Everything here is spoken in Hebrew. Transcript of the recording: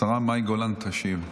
השרה מאי גולן תשיב.